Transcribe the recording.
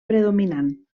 predominant